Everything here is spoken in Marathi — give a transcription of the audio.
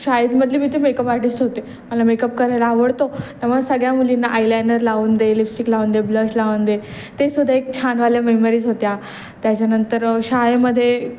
शाळेमधली मी ते मेकअप आर्टिस्ट होते मला मेकअप करायला आवडतो त्यामुळे सगळ्या मुलींना आयलायनर लावून दे लिपस्टिक लावून दे ब्लश लावून दे ते सुद्धा एक छानवाल्या मेमरीज होत्या त्याच्यानंतर शाळेमध्ये